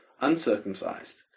uncircumcised